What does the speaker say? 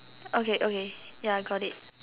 okay okay ya got it